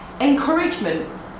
Encouragement